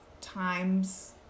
times